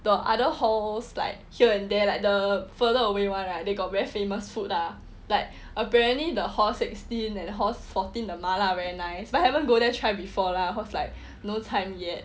the other halls like here and there like the further away [one] right they got very famous food ah like apparently the hall sixteen and hall fourteen the 麻辣 very nice but haven't go there try before lah cause like no time yet